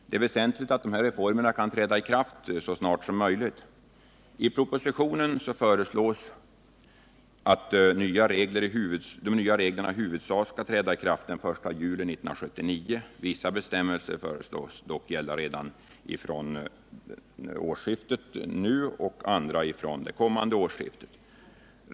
Det är väsentligt att dessa reformer kan träda i kraft så snart som möjligt. I propositionen föreslås att de nya reglerna i huvudsak skall träda i kraft den 1 juli 1979. Vissa bestämmelser föreslås dock gälla redan från årsskiftet 1978 1979 och andra från den 1 januari 1980.